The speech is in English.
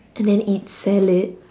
and then eat salad